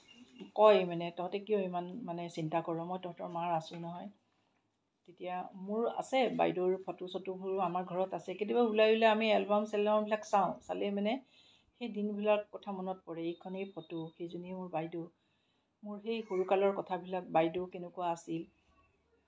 কয় মানে তহঁতে কিয় ইমান মানে চিন্তা কৰ মই তহঁতৰ মাৰ আছোঁ নহয় তেতিয়া মোৰ আছে বাইদেউৰ ফটো চটোবোৰো আমাৰ ঘৰত আছে কেতিয়াবা ওলাই ওলাই আমি এলবাম চেলবামবিলাক চাওঁ চালে মানে সেই দিনবোৰৰ কথা মনত পৰে এইখনেই ফটো সেইজনীয়েই মোৰ বাইদেউ মোৰ সেই সৰুকালৰ কথাবিলাক বাইদেউ কেনেকুৱা আছিল